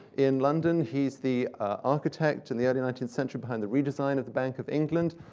in london. he's the architect, in the early nineteenth century, behind the redesign of the bank of england.